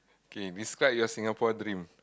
okay describe your Singapore dream